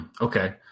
Okay